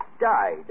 died